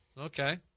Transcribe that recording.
okay